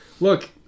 Look